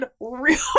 real